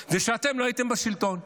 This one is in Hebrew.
שאתם לא הייתם בשלטון.